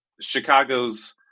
Chicago's